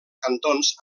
cantons